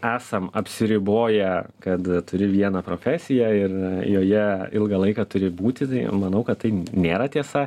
esam apsiriboję kad turi vieną profesiją ir joje ilgą laiką turi būti tai manau kad tai nėra tiesa